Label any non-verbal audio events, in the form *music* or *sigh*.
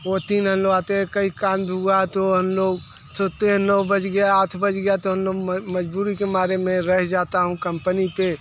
ओ तीन *unintelligible* कहीं कांद हुआ तो हम लोग सोचते हैं नौ बज गया आठ बज गया तो हम लोग म म मजबूरी के मारे मैं रह जाता हूँ कम्पनी पे